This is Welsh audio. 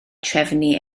trefnu